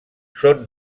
són